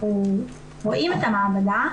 אנחנו רואים את המעבדה,